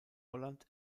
holland